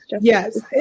Yes